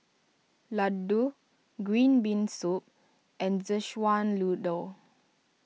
Laddu Green Bean Soup and Szechuan Noodle